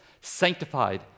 Sanctified